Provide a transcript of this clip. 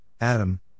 Adam